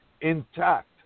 intact